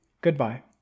Goodbye